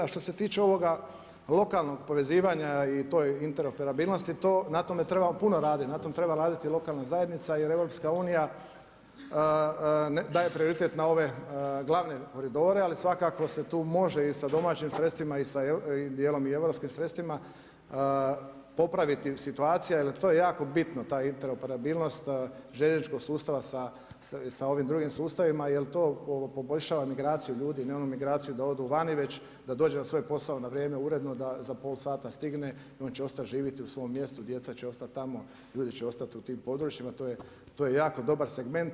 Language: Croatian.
A što se tiče ovoga lokalnog povezivanja i interoperabilnosti na tome trebamo puno raditi, na tome treba raditi lokalna zajednica jel EU daje prioritet na ove glavne koridore, ali svakako se tu može i sa domaćim sredstvima i dijelom sa europskim sredstvima popraviti situacija jel to je jako bitno ta interoperabilnost željezničkog sustava sa ovim drugim sustavima jel to poboljšava migraciju ljudi, ne onu migraciju da odu vani već da dođu na svoj posao na vrijeme uredno da za pol sata stigne i on će ostati živjeti u svom mjestu, djeca će ostati tamo, ljudi će ostati u tim područjima to je jako dobar segment.